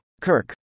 Kirk